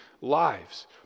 lives